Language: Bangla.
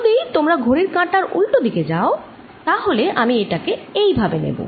যদি তোমরা ঘড়ির কাঁটার উল্টো দিকে যাও তাহলে আমি এটাকে এভাবে নেব